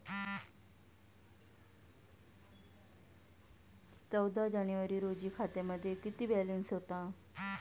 चौदा जानेवारी रोजी खात्यामध्ये किती बॅलन्स होता?